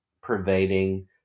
pervading